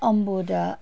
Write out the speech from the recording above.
Ambuja